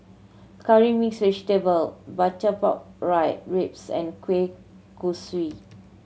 Curry Mixed Vegetable butter pork rib ribs and kueh kosui